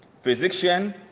Physician